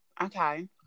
okay